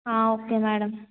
ఆ okay madam